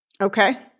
Okay